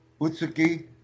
Utsuki